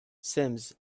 simms